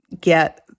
get